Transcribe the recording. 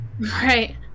Right